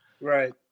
Right